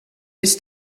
est